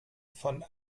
von